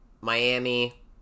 Miami